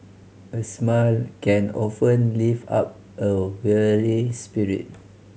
a smile can often lift up a weary spirit